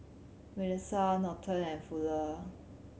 Milissa Norton and Fuller